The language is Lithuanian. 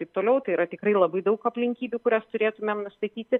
taip toliau tai yra tikrai labai daug aplinkybių kurias turėtumėm nustatyti